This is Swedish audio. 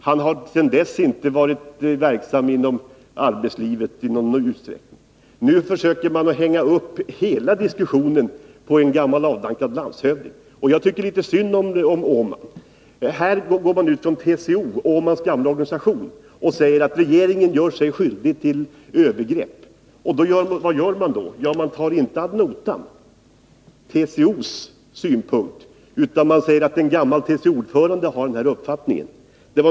Han har sedan dess inte varit verksam i arbetslivet i någon större utsträckning. Nu försöker man hänga upp hela diskussionen på en gammal avdankad landshövding. Jag tycker litet synd om Valter Åman. Här går hans gamla organisation, TCO, ut och säger att regeringen gör sig skyldig till övergrepp. Vad gör man då? Jo, man tar inte TCO:s synpunkt ad notam, utan man säger att en gammal TCO-ordförande har den här uppfattningen.